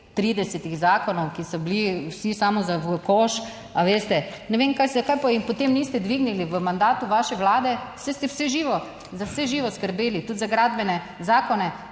30 zakonov, ki so bili vsi samo za v koš, a veste, ne vem kaj se, kaj pa jih potem niste dvignili v mandatu vaše vlade, saj ste vse živo, za vse živo skrbeli, tudi za gradbene zakone